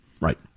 Right